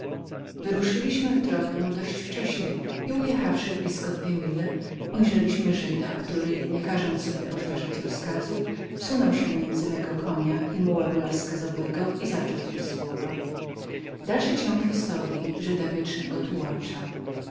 wyruszyliśmy w drogę dość wcześnie i ujechawszy blizko dwie mile ujrzeliśmy żyda który nie każąc sobie powtarzać rozkazu wsunął się między mego konia i muła velasquezowego i zaczął w te słowa